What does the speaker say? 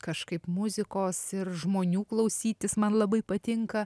kažkaip muzikos ir žmonių klausytis man labai patinka